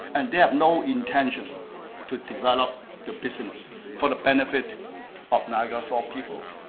and they have no intention to develop the business for the benefit of niagara fall people.